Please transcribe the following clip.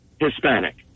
Hispanic